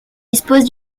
dispose